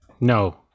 No